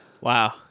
Wow